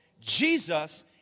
Jesus